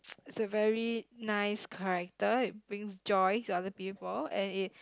is a very nice character it brings joy to other people and it